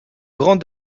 grand